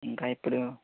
ఇంకా ఇప్పుడు